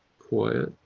quiet,